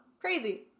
crazy